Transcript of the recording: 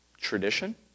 tradition